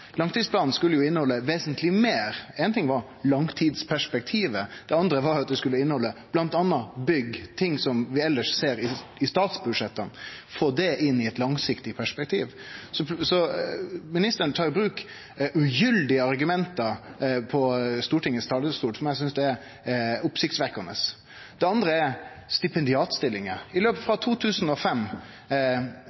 langtidsplanen? Langtidsplanen skulle innehalde vesentleg meir. Éin ting var langtidsperspektivet. Det andre var at han skulle innehalde bl.a. bygg – ting som vi elles ser i statsbudsjetta – få det inn i eit langsiktig perspektiv. Så ministeren brukar ugyldige argument frå Stortingets talarstol, som eg synest er oppsiktsvekkjande. Det andre gjeld stipendiatstillingar.